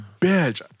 bitch